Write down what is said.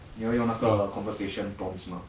你要用那个 conversation prompts mah